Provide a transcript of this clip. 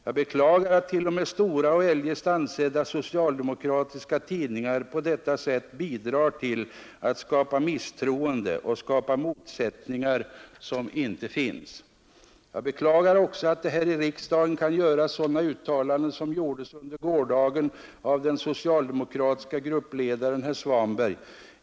Jag beklagar att t.o.m. stora och eljest ansedda socialdemokratiska tidningar på detta sätt bidrar till att skapa misstroende och motsättningar som inte finns. Jag beklagar också att det här i riksdagen kan göras sådana uttalanden som gjordes under gårdagen av den socialdemokratiske gruppledaren herr Svanberg.